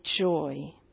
joy